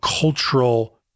cultural